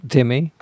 Timmy